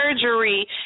surgery